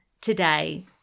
today